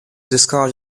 discard